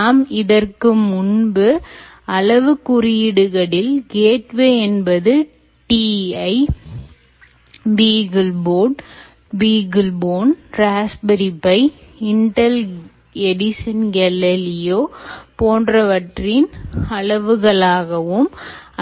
நாம் இதற்கு முன்பு அளவு குறியீடுகளில் கேட்வே என்பது TI beagleboard beaglebone raspberry pi Intel Edison Galileo போன்றவற்றின் அளவுகளாகும்